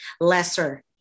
lesser